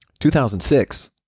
2006